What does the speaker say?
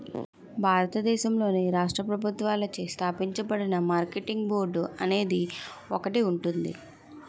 భారతదేశంలోని రాష్ట్ర ప్రభుత్వాలచే స్థాపించబడిన మార్కెటింగ్ బోర్డు అనేది ఒకటి ఉంటుంది